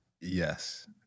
Yes